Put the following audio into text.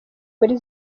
muri